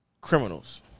criminals